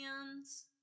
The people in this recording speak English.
hands